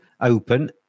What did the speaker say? open